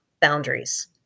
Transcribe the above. boundaries